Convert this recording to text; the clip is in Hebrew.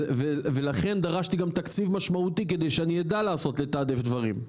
ולכן דרשתי גם תקציב משמעותי כדי שאני אדע לתעדף דברים.